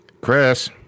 Chris